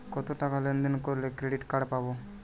কতটাকা লেনদেন করলে ক্রেডিট কার্ড পাব?